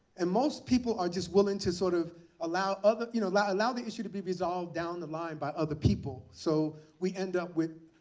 and most people are just willing to sort of allow other you know allow the issue to be resolved down the line by other people. so we end up with